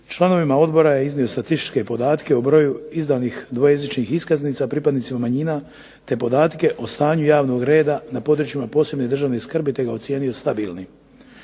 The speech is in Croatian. Članovima odbora je iznio statističke podatke o broju izdanih dvojezičnih iskaznica pripadnicima manjina te podatke o stanju javnog reda na područjima od posebne državne skrbi te ga ocijenio stabilnim.